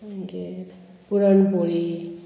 puran poli